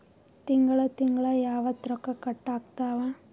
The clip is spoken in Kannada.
ತಿಂಗಳ ತಿಂಗ್ಳ ಯಾವತ್ತ ರೊಕ್ಕ ಕಟ್ ಆಗ್ತಾವ?